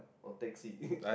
or taxi